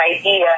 idea